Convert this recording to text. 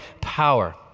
power